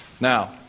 Now